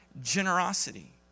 generosity